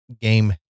game